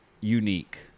unique